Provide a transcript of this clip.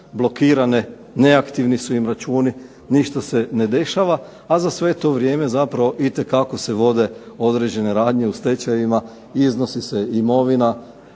blokirane, neaktivni su im računi, ništa se ne dešava, a za sve to vrijeme zapravo itekako se vode određene radnje u stečajevima, iznosi se imovina,